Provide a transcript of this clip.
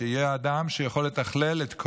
שיהיה אדם שיכול לתכלל כל